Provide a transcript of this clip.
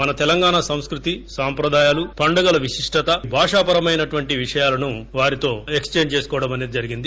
మన తెలంగాణ సంస్కృతి సాంప్రదాయాలు పండుగల విశిష్ణత భాషా పరమైనటువంటి విషయాలను వారితో ఎక్సేంజ్ చేసుకోవడం జరిగింది